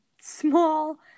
small